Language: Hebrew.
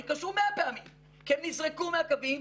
התקשרו מאה פעמים כי הם נזרקו מהקווים,